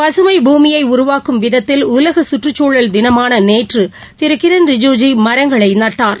பசுமை பூமியைஉருவாக்கும் விதத்தில் உலகசுற்றுச்சூழல் தினமானநேற்றுதிருகிரண் ரிஜூஜூ மரங்களைநட்டார்